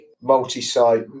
multi-site